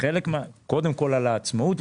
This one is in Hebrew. קודם כול על העצמאות,